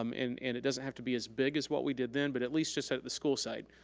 um and and it doesn't have to be as big as what we did then but at least just at at the school site.